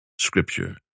Scripture